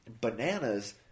bananas